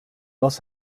los